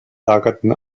lagerten